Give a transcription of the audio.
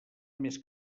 més